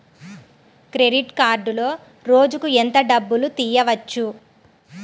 Credit కార్డులో రోజుకు ఎంత డబ్బులు తీయవచ్చు?